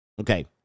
Okay